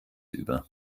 über